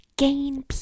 Gain